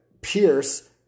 Pierce